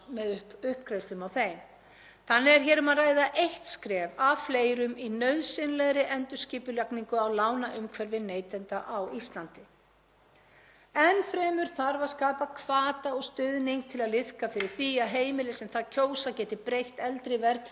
Enn fremur þarf að skapa hvata og stuðning til að liðka fyrir því að heimili sem það kjósa geti breytt eldri verðtryggðum lánum í óverðtryggð lán. Ákveðin skref í þá átt voru tekin með afnámi stimpilgjalda af lánum, lækkun á lántökugjaldi og öðrum kostnaði við endurfjármögnun lána.